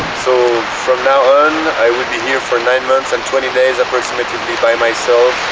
so from now on i will be here for nine months and twenty days aproximatively by myself,